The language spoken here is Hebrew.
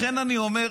לכן אני אומר,